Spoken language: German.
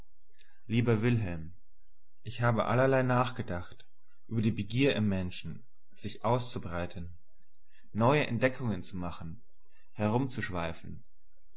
lieber wilhelm ich habe allerlei nachgedacht über die begier im menschen sich auszubreiten neue entdeckungen zu machen herumzuschweifen